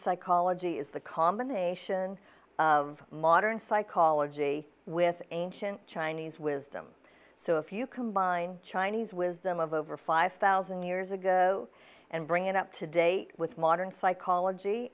psychology is the combination of modern psychology with ancient chinese wisdom so if you combine chinese wisdom of over five thousand years ago and bring it up to date with modern psychology